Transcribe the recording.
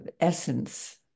essence